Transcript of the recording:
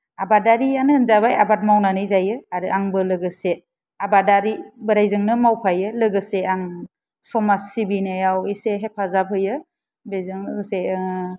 आबादारिआनो होनजाबाय आबाद मावनानै जायो आरो आंबो लोगोसे आबादारि बोराइजोंनो मावफायो लोगोसे आं समाज सिबिनायाव एसे हेफाजाब होयो बेजों लोगोसे